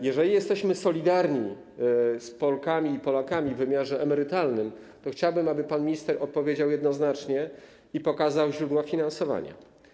Jeżeli jesteśmy solidarni z Polkami i Polakami w wymiarze emerytalnym, to chciałbym, aby pan minister odpowiedział jednoznacznie i pokazał źródła finansowania.